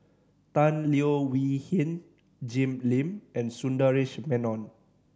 Tan Leo Wee Hin Jim Lim and Sundaresh Menon